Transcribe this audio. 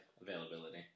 availability